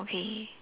okay